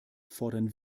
fordern